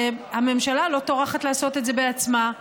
הממשלה לא טורחת לעשות את זה בעצמה.